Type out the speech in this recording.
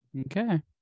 Okay